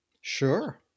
Sure